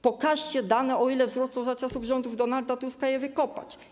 Pokażcie dane, o ile wzrosło za czasów rządów Donalda Tuska i Ewy Kopacz.